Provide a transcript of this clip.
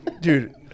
dude